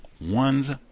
one's